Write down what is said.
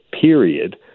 period